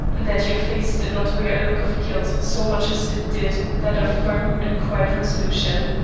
that your face did not wear a look of guilt so much as it did that of firm and quiet resolution.